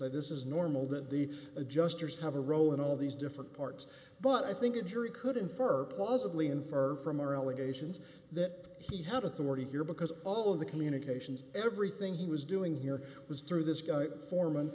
say this is normal that the adjusters have a role in all these different parts but i think a jury could infer plausibly infer from our allegations that he had authority here because all of the communications everything he was doing here was through this guy foreman